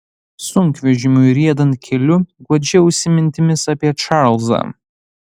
sunkvežimiui riedant keliu guodžiausi mintimis apie čarlzą